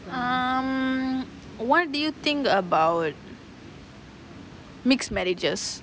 um what do you think about mixed marriages